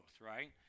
right